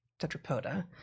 tetrapoda